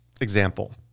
example